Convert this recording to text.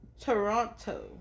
Toronto